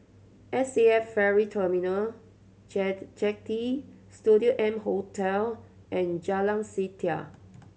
S A F Ferry Terminal Jetty Studio M Hotel and Jalan Setia